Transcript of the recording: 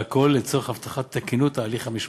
והכול לצורך הבטחת תקינות ההליך המשמעתי.